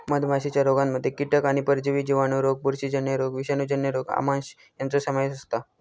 मधमाशीच्या रोगांमध्ये कीटक आणि परजीवी जिवाणू रोग बुरशीजन्य रोग विषाणूजन्य रोग आमांश यांचो समावेश असता